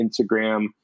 Instagram